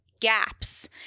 gaps